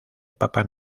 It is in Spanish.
papá